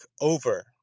over